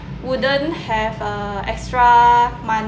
wouldn't have uh extra money